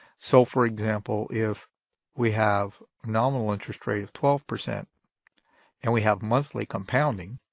so for example, if we have nominal interest rate of twelve percent and we have monthly compounding,